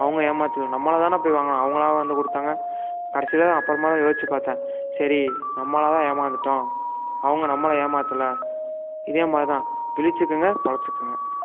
அவங்க ஏமாற்றல நம்மளாக தான் போய் வாங்கினோம் அவங்களா வந்து கொடுத்தாங்க கடைசியில் அப்புறமா தான் யோசித்து பார்த்தேன் சரி நம்மளாக தான் ஏமாந்துட்டோம் அவங்க நம்மளை ஏமாற்றல இதேமாதிரி தான் விழிச்சிக்கங்க பொழச்சிக்கங்க